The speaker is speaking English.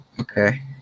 Okay